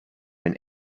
and